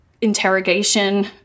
interrogation